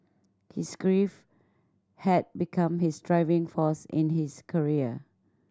his grief had become his driving force in his career